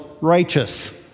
righteous